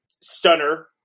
stunner